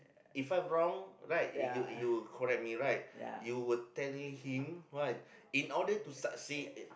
if I wrong right you you correct me right you would tell him right in order to succeed